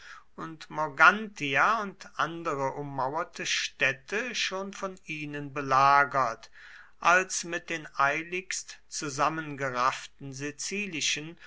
und morgantia und andere ummauerte städte schon von ihnen belagert als mit den eiligst zusammengerafften sizilischen